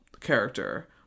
character